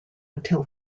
until